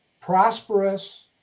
prosperous